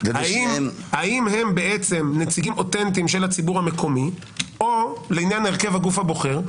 האם הם נציגים אותנטיים של הציבור המקומי לעניין הרכב הגוף הבוחר,